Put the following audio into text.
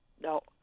No